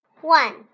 One